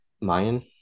Mayan